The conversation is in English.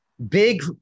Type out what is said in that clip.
Big